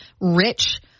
rich